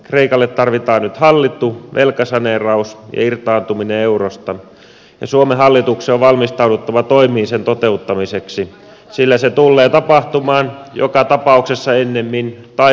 kreikalle tarvitaan nyt hallittu velkasaneeraus ja irtaantuminen eurosta ja suomen hallituksen on valmistauduttava toimiin sen toteuttamiseksi sillä se tullee tapahtumaan joka tapauksessa ennemmin tai myöhemmin